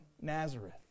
Nazareth